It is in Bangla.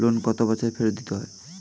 লোন কত বছরে ফেরত দিতে হয়?